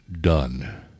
done